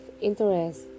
interest